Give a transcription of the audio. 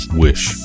wish